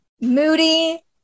moody